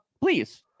please